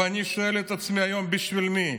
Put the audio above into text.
ואני שואל את עצמי היום: בשביל מי?